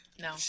no